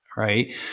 Right